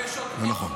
זה נכון.